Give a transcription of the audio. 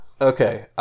Okay